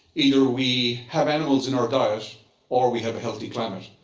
either we have animals in our diets or we have a healthy climate,